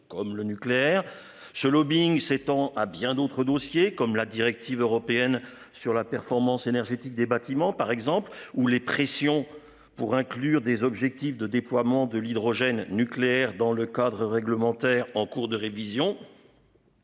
comme le nucléaire, ce lobbying s'étend a bien d'autres dossiers comme la directive européenne sur la performance énergétique des bâtiments par exemple ou les pressions pour inclure des objectifs de déploiement de l'hydrogène nucléaire dans le cadre réglementaire en cours de révision.